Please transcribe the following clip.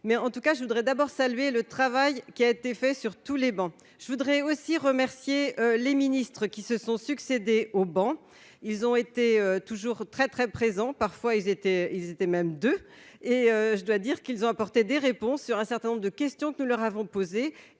mais en tout cas je voudrais d'abord saluer le travail qui a été fait sur tous les bancs, je voudrais aussi remercier les ministres qui se sont succédé au banc, ils ont été toujours très, très présent, parfois ils étaient, ils étaient même deux et je dois dire qu'ils ont apporté des réponses sur un certain nombre de questions que nous leur avons posé